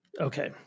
okay